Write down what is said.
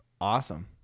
awesome